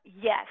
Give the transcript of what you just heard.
yes